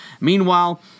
Meanwhile